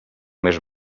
més